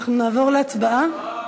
נעבור להצבעה.